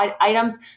items